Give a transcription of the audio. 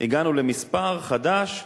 הגענו למספר חדש,